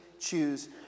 choose